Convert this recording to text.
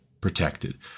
protected